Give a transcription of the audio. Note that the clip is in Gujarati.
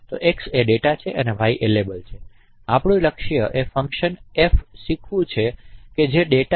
તો x એ ડેટા છે y એ લેબલ છે અને આપણું લક્ષ્ય એ ફંકશન f શીખવું છે જે ડેટા અને લેબલ પર મેપ કરશે